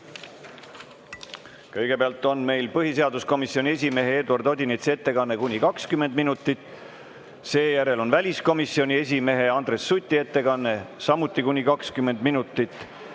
Kõigepealt on meil põhiseaduskomisjoni esimehe Eduard Odinetsi ettekanne kuni 20 minutit. Seejärel on väliskomisjoni esimehe Andres Suti ettekanne, samuti kuni 20 minutit.